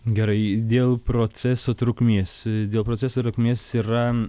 gerai dėl proceso trukmės dėl proceso trukmės yra